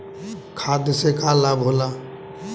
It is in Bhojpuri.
खाद्य से का लाभ होला?